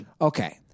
Okay